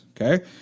okay